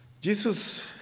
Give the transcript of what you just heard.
Jesus